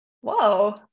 Whoa